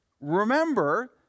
remember